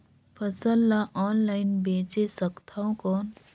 फसल ला ऑनलाइन बेचे सकथव कौन?